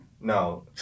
No